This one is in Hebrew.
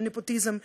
של נפוטיזם,